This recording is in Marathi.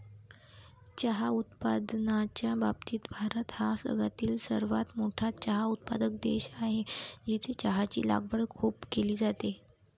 चहा उत्पादनाच्या बाबतीत भारत हा जगातील सर्वात मोठा चहा उत्पादक देश आहे, जिथे चहाची लागवड खूप केली जाते